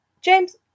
James